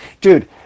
dude